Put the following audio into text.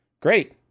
Great